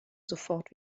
sofort